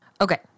Okay